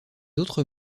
autres